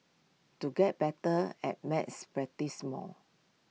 to get better at maths practise more